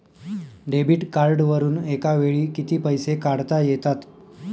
Debit कार्डवरुन एका वेळी किती पैसे काढता येतात?